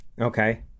Okay